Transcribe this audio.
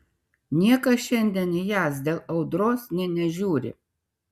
niekas šiandien į jas dėl audros nė nežiūri